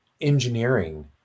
engineering